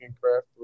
Craft